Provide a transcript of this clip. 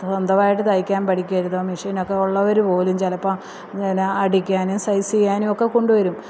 സ്വന്തമായിട്ട് തയിക്കാൻ പഠിക്കരുതോ മെഷീനൊക്കെ ഉള്ളവര് പോലും ചിലപ്പം എന്നാ അടിക്കാനും സൈസ് ചെയ്യാനും ഒക്കെ കൊണ്ടുവരും